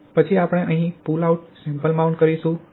પછી આપણે અહીં પુલ આઉટ સેમ્પલ માઉન્ટ કરીશું